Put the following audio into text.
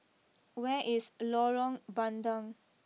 where is Lorong Bandang